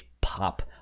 pop